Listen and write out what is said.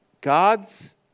God's